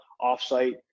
offsite